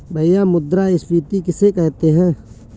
भैया मुद्रा स्फ़ीति किसे कहते हैं?